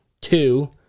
two